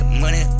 money